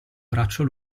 braccio